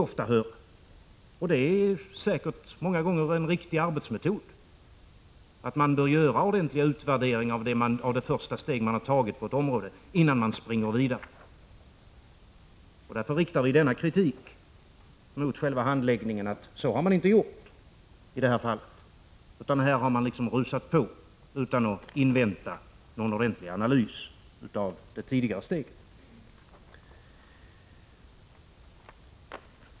Ofta är det säkert en riktig arbetsmetod att ordentligt utvärdera det första steg som man har tagit på ett område innan man springer vidare. Därför riktar vi kritiken mot själva handläggningen. Man har i detta fall inte följt den angivna arbetsmetoden, utan här har man rusat på utan att invänta någon egentlig analys av det tidigare steget.